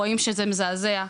רואים שזה מזעזע,